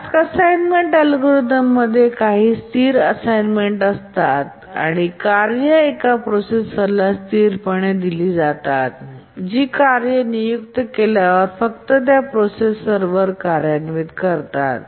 task assignment algorithm मध्ये काही स्थिर असाइनमेंट्स असतात आणि कार्ये एका प्रोसेसरला स्थिरपणे दिली जातात जी कार्ये नियुक्त केल्यावर फक्त त्या प्रोसेसरवर कार्यान्वित करतात